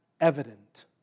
evident